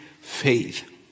faith